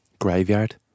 Graveyard